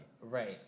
Right